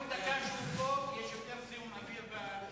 כל דקה שאתה פה, יש יותר זיהום אוויר בסביבה.